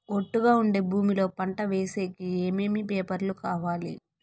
ఒట్టుగా ఉండే భూమి లో పంట వేసేకి ఏమేమి పేపర్లు కావాలి?